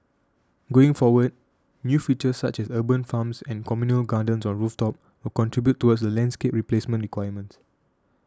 going forward new features such as urban farms and communal gardens on rooftops will contribute towards the landscape replacement requirements